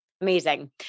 Amazing